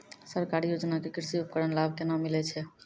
सरकारी योजना के कृषि उपकरण लाभ केना मिलै छै?